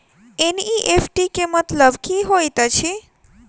NEFT केँ मतलब की होइत अछि?